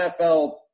NFL